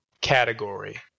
category